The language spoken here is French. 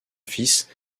fils